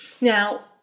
Now